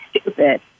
stupid